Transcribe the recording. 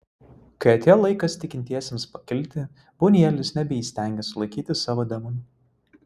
kai atėjo laikas tikintiesiems pakilti bunjuelis nebeįstengė sulaikyti savo demonų